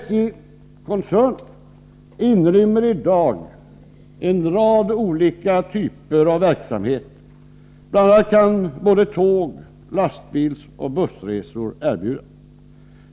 SJ-koncernen inrymmer i dag en rad olika typer av verksamhet. Bl. a. kan både tåg-, lastbilsoch bussresor erbjudas.